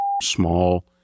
small